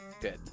good